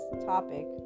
topic